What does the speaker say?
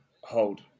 hold